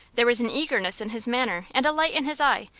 there was an eagerness in his manner, and a light in his eye,